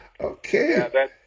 Okay